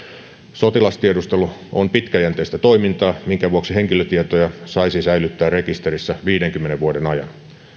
sotilastiedustelu on pitkäjänteistä toimintaa minkä vuoksi henkilötietoja saisi säilyttää rekisterissä viidenkymmenen vuoden ajan